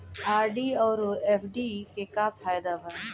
RD आउर FD के का फायदा बा?